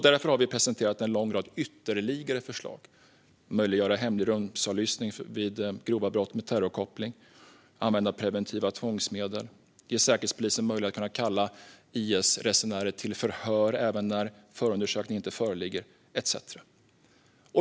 Därför har vi presenterat en lång rad ytterligare förslag om att möjliggöra hemlig rumsavlyssning vid grova brott med terrorkoppling, använda preventiva tvångsmedel, ge Säkerhetspolisen möjlighet att kalla IS-resenärer till förhör även när förundersökning inte föreligger etcetera.